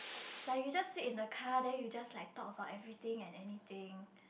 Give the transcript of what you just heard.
like you just sit in the car then you just like talk about everything and anything